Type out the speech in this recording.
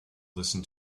listen